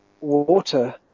Water